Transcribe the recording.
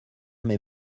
mes